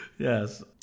Yes